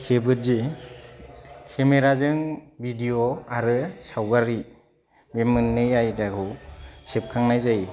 खेबो दि केमेराजों भिदिय' आरो सावगारि बे मोननै आयदाखौ सेबखांनाय जायो